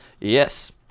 yes